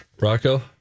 Rocco